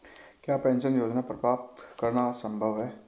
क्या पेंशन योजना प्राप्त करना संभव है?